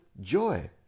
joy